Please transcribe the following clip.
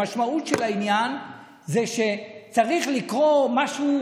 המשמעות של העניין היא שצריך לקרות משהו